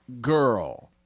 Girl